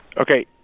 Okay